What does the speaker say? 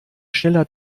schneller